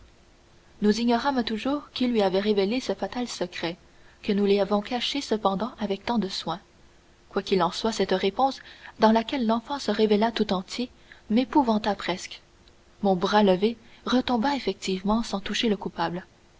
nous ignorâmes toujours qui lui avait révélé ce fatal secret que nous lui avions caché cependant avec tant de soin quoi qu'il en soit cette réponse dans laquelle l'enfant se révéla tout entier m'épouvanta presque mon bras levé retomba effectivement sans toucher le coupable